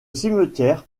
cimetière